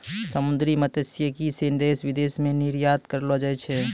समुन्द्री मत्स्यिकी से देश विदेश मे निरयात करलो जाय छै